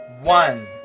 one